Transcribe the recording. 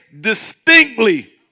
distinctly